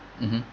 mmhmm